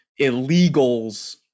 illegals